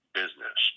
business